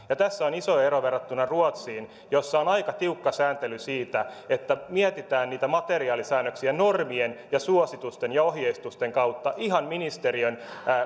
ja tässä on iso ero verrattuna ruotsiin jossa on aika tiukka sääntely siitä mietitään niitä materiaalisäännöksiä normien ja suositusten ja ohjeistusten kautta ihan ministeriön